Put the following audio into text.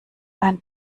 ein